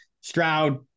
Stroud